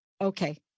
Okay